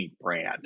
brand